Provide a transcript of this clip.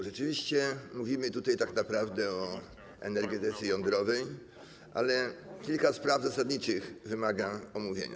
Rzeczywiście mówimy tutaj tak naprawdę o energetyce jądrowej, ale kilka spraw zasadniczych wymaga omówienia.